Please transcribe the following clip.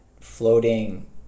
floating